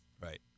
Right